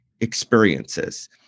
experiences